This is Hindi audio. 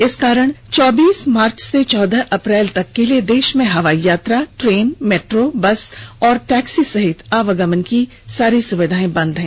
इस कारण से चौबीस मार्च से चौदह अप्रैल तक के लिए देश में हवाई यात्रा ट्रेन मेट्रो बस और टैक्सी सहित आवागमन की सारी सुविधाएं बंद हैं